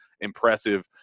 impressive